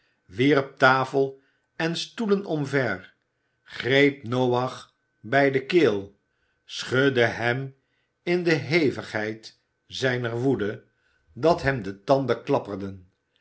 wierp tafel en stoelen omver greep noach bij de keel schudde hem in de hevigheid zijner woede dat hem de tanden klapperden